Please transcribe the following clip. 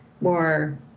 more